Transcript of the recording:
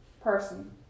Person